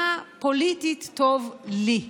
מה פוליטית טוב לי,